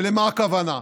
ולמה הכוונה?